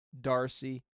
Darcy